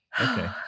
Okay